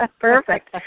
Perfect